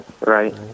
Right